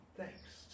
thanks